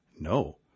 No